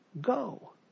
go